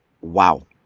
wow